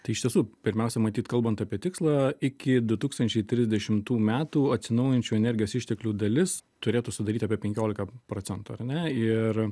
tai iš tiesų pirmiausia matyt kalbant apie tikslą iki du tūkstančiai trisdešimtų metų atsinaujinčių energijos išteklių dalis turėtų sudaryt apie penkiolika procentų ar ne ir